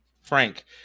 Frank